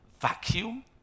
vacuum